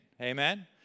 Amen